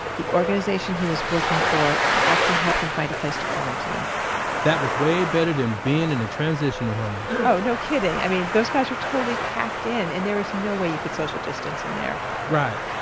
the organization he was working for actually helped him find a place to quarantine that was way better than being in a transitional home oh, no kidding. i mean, those guys are totally packed in and there is no way you could social distance in there right.